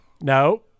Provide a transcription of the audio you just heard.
No